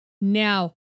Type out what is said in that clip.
Now